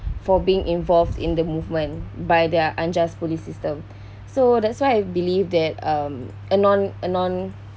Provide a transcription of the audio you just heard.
for being involved in the movement by their unjust police system so that's why I believe that um anon~ anon~